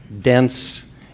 dense